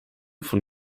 von